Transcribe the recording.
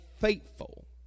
faithful